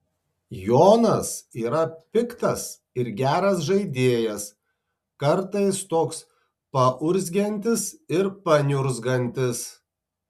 jonas yra piktas ir geras žaidėjas kartais toks paurzgiantis ir paniurzgantis